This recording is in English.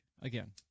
again